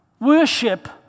Worship